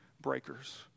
breakers